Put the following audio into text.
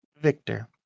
Victor